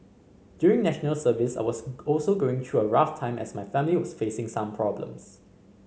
during National Service I was also going through a rough time as my family was facing some problems